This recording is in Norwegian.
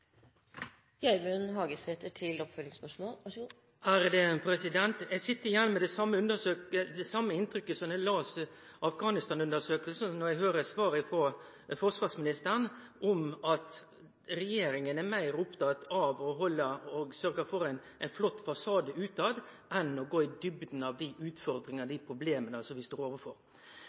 Gjermund Hagesæter – til oppfølgingsspørsmål. Eg sit igjen med det same inntrykket som då eg las Afghanistan-undersøkinga, når eg høyrer svaret frå forsvarsministeren om at regjeringa er meir opptatt av å halde ein flott fasade ut enn å gå i djupna på dei utfordringane, dei problema, vi står overfor.